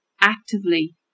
actively